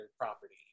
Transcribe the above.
property